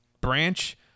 branch